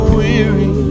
weary